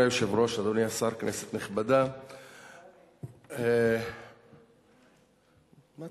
אדוני היושב-ראש, אדוני השר, כנסת נכבדה, מתי אני?